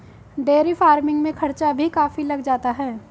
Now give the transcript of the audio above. dairy farming में खर्चा भी काफी लग जाता है